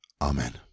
Amen